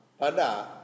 Pada